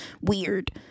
weird